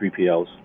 3PLs